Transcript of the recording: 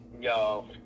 Yo